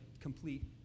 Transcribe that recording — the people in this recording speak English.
complete